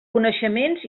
coneixements